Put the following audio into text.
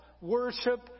worship